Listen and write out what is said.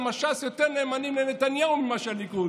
כי ש"ס יותר נאמנים לנתניהו מאשר הליכוד,